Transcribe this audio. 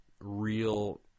real